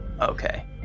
okay